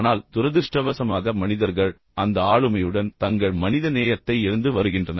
ஆனால் துரதிருஷ்டவசமாக மனிதர்கள் அந்த ஆளுமையுடன் தங்கள் மனிதநேயத்தை இழந்து வருகின்றனர்